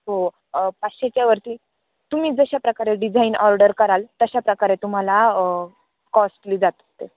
हो पाचशेच्या वरती तुम्ही जशा प्रकारे डिझाईन ऑर्डर कराल तशा प्रकारे तुम्हाला कॉस्टली जातं ते